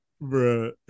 Bro